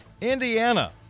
Indiana